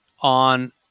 on